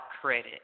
credit